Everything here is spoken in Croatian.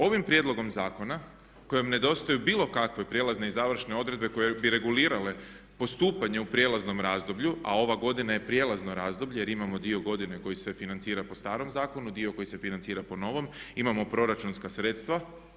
Ovim prijedlogom zakona kojem nedostaju bilo kakve prijelazne i završne odredbe koje bi regulirale postupanje u prijelaznom razdoblju, a ova godina je prijelazno razdoblje jer imamo dio godine koji se financira po starom zakonu, dio koji se financira po novom, imamo proračunska sredstva.